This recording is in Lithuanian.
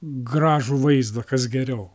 gražų vaizdą kas geriau